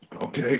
Okay